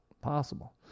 possible